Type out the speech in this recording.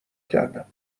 کردم